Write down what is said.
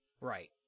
Right